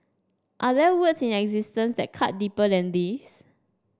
are there words in existence that cut deeper than these